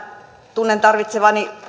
tunnen tarvitsevani